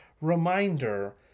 reminder